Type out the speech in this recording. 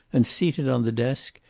and seated on the desk,